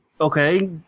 Okay